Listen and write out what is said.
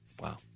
Wow